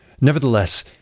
Nevertheless